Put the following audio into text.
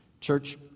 Church